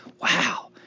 wow